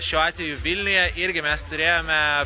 šiuo atveju vilniuje irgi mes turėjome